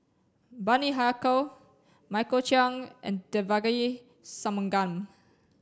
Bani Haykal Michael Chiang and Devagi Sanmugam